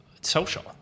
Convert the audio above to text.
social